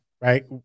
right